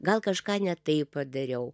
gal kažką ne taip padariau